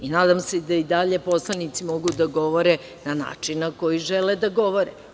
Nadam se da i dalje poslanici mogu da govore na način na koji žele da govore.